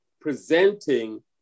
presenting